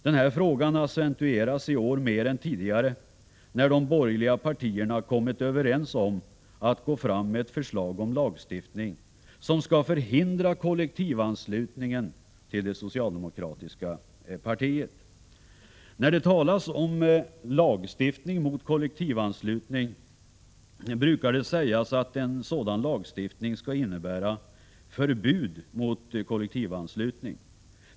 Denna fråga accentueras i år mer än tidigare, när de borgerliga partierna har kommit överens om att gå fram med förslag om lagstiftning som skall förhindra kollektivanslutningen till det socialdemokratiska partiet. När det talas om lagstiftning mot kollektivanslutning brukar det sägas att en sådan lagstiftning skall innebära förbud mot kollektivanslutning.